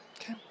Okay